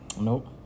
Nope